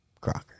Crocker